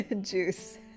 juice